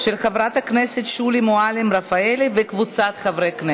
עברה בקריאה טרומית ועוברת לוועדת הפנים